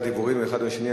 אחרי הדיבורים אחד לשני,